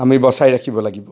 আমি বচাই ৰাখিব লাগিব